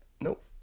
Nope